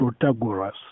Protagoras